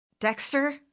Dexter